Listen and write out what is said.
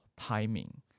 timing